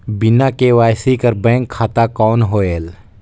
बिना के.वाई.सी कर बैंक खाता कौन होएल?